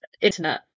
internet